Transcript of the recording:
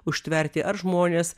užtverti ar žmonės